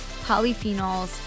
polyphenols